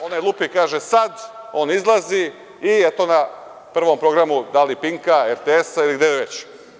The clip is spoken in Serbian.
Onaj lupi i kaže - sad, on izlazi i eto ga, na prvom programu, da li PINK-a, RTS-a, ili gde već.